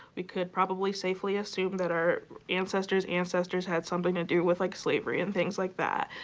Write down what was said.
we could probably safely assume that our ancestors' ancestors had something to do with like slavery and things like that.